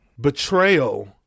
betrayal